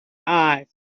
eyes